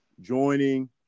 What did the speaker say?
joining